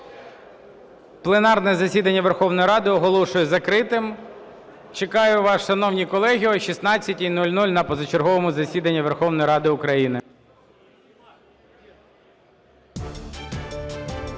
Пленарне засідання Верховної Ради оголошую закритим. Чекаю вас, шановні колеги, о 16:00 на позачерговому засіданні Верховної Ради України.